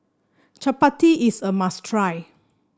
chapati is a must try